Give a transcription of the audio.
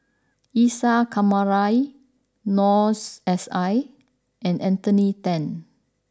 Isa Kamari Noor S I and Anthony Then